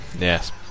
Yes